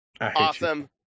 awesome